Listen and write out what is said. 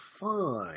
fine